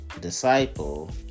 Disciple